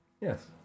Yes